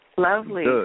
Lovely